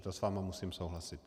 To s vámi musím souhlasit.